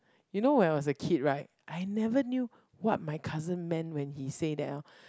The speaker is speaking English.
you know when I was a kid right I never knew what my cousin meant when he say that hor